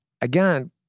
again